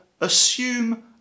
Assume